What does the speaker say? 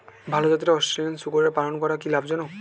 ভাল জাতের অস্ট্রেলিয়ান শূকরের পালন করা কী লাভ জনক?